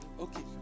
Okay